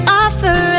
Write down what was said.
offer